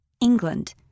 England